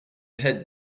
head